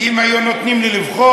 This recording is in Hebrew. כי אם היו נותנים לי לבחור,